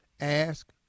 Ask